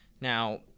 Now